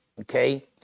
Okay